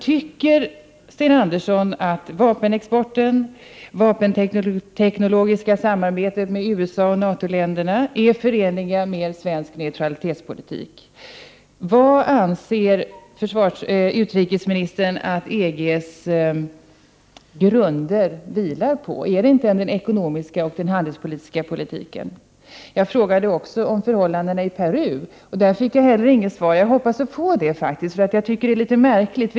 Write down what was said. Tycker Sten Andersson att vapenexporten och det vapenteknologiska samarbetet med USA och NATO-länderna är förenligt med svensk neutralitetspolitik? Vad anser utrikesministern om EG:s grunder? Är det inte den ekonomiska och handelspolitiska politiken? Jag frågade också om förhållandena i Peru. Här fick jag inte heller något svar, men jag hoppas faktiskt att få det. Det är litet märkligt.